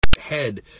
head